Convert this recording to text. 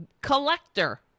collector